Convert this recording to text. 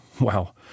Wow